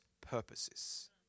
purposes